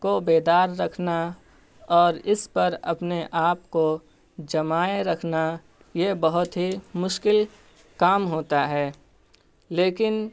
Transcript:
کو بیدار رکھنا اور اس پر اپنے آپ کو جمائے رکھنا یہ بہت ہی مشکل کام ہوتا ہے لیکن